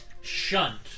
shunt